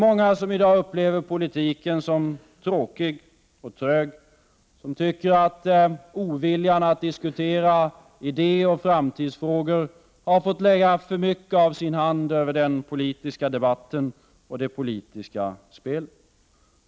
Många upplever i dag politiken som tråkig och trög och tycker att oviljan att diskutera idéer och framtidsfrågor i för hög grad har fått lägga sin hand över den politiska debatten och det politiska spelet.